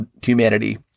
humanity